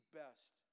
best